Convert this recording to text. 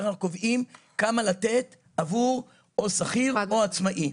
אנחנו קובעים כמה לתת עבור שכיר או עצמאי,